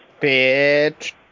Bitch